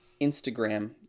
Instagram